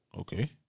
Okay